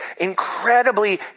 incredibly